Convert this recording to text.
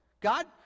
God